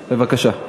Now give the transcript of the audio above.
בבקשה.